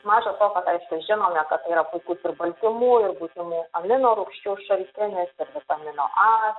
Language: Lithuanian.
maža to kad aišku žinome kad tai yra puikus ir baltymų ir būtinų amino rūgščių šaltinis ir vitamino a